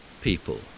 people